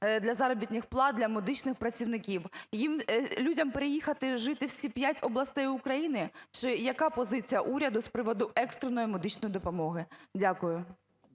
для заробітних плат для медичних працівників? Людям переїхати жити в ці 5 областей України? Чи яка позиція уряду з приводу екстреної медичної допомоги? Дякую.